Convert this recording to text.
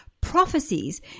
prophecies